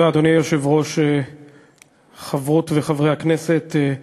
אדוני היושב-ראש, תודה, חברות וחברי הכנסת, ראשית,